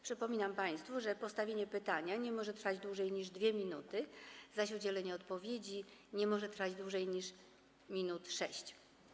Przypominam państwu, że postawienie pytania nie może trwać dłużej niż 2 minuty, zaś udzielenie odpowiedzi nie może trwać dłużej niż 6 minut.